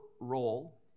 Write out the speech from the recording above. role